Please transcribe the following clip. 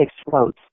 explodes